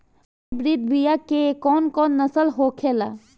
Hybrid बीया के कौन कौन नस्ल होखेला?